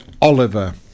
Oliver